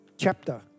chapter